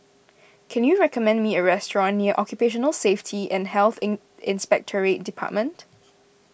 can you recommend me a restaurant near Occupational Safety and Health in Inspectorate Department